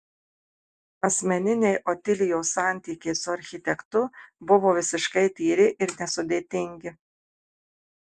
asmeniniai otilijos santykiai su architektu buvo visiškai tyri ir nesudėtingi